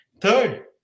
Third